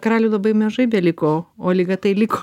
karalių labai mažai beliko o liga tai liko